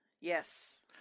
Yes